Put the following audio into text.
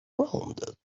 rounded